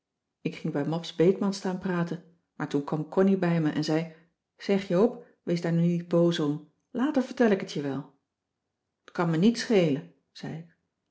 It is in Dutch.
ik ging bij mabs beekman staan praten maar toen kwam connie bij me en zei zeg joop wees daar nu niet boos om later vertel ik het je wel t kan me niets schelen zei ik